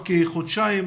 כחודשיים,